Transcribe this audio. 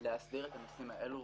להסדיר את הנושאים האלה